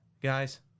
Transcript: guys